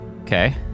Okay